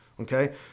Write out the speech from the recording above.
okay